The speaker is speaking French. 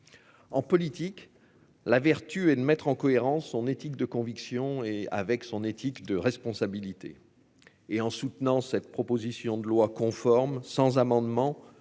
En politique la vertu et de mettre en cohérence, son éthique de conviction et avec son éthique de responsabilité. Et en soutenant cette proposition de loi conforme sans amendement